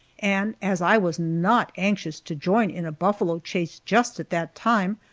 and as i was not anxious to join in a buffalo chase just at that time,